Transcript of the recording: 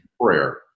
Prayer